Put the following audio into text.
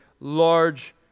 large